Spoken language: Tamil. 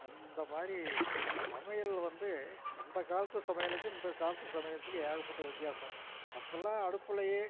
அந்த மாதிரி சமையல் வந்து அந்தக் காலத்து சமையலுக்கும் இந்தக் காலத்து சமையலுக்கும் ஏகப்பட்ட வித்தியாசம் அப்போல்லாம் அடுப்புலேயே